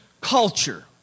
culture